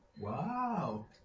Wow